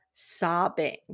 sobbing